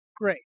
great